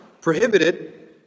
prohibited